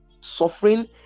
suffering